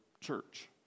church